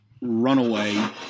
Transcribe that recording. runaway